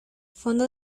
fondo